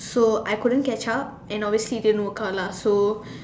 so I couldn't catch up and obviously didn't work out lah so